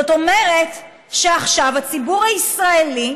זאת אומרת שעכשיו הציבור הישראלי,